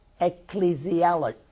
ecclesiology